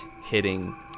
hitting